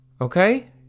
Okay